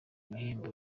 ibihembo